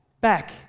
back